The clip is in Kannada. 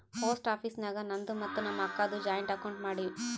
ಪೋಸ್ಟ್ ಆಫೀಸ್ ನಾಗ್ ನಂದು ಮತ್ತ ನಮ್ ಅಕ್ಕಾದು ಜಾಯಿಂಟ್ ಅಕೌಂಟ್ ಮಾಡಿವ್